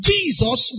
Jesus